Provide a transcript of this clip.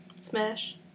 Smash